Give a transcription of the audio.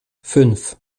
fünf